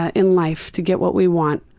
ah in life to get what we want.